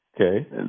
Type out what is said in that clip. Okay